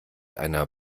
einer